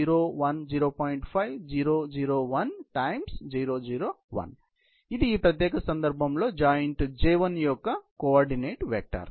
5 0 0 1 0 0 1 ఇది ఈ ప్రత్యేక సందర్భంలో జాయింట్ J1 యొక్క కోఆర్డినేట్ వెక్టర్